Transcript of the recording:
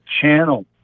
channel